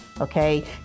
okay